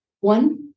One